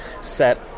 set